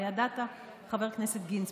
הידעת, חבר הכנסת גינזבורג?